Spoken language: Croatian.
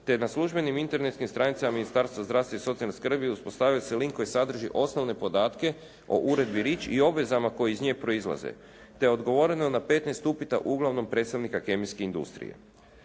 je na službenim internetskim stranicama Ministarstva zdravstva i socijalne skrbi uspostavio se link koji sadrži osnovne podatke o uredbi Rich i obvezama koje iz nje proizlaze, te je odgovore na 15 upita uglavnom predstavnika kemijske industrije.